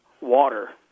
water